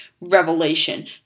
revelation